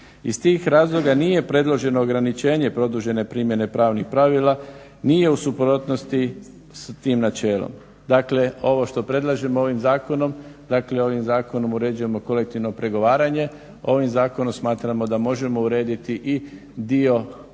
Iz tih razloga nije predloženo ograničenje produžene primjene pravnih pravila, nije u suprotnosti s tim načelom. Dakle, ovo što predlažemo ovim zakonom dakle ovim zakonom uređujemo kolektivno pregovaranje, ovim zakonom smatramo da možemo urediti i dio koji